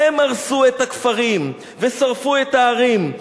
הם הרסו את הכפרים ושרפו את הערים.